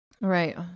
Right